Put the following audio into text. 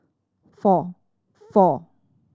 four four